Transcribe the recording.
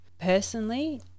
Personally